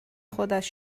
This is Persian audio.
خودش